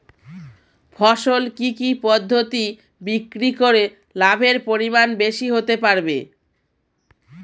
ফসল কি কি পদ্ধতি বিক্রি করে লাভের পরিমাণ বেশি হতে পারবে?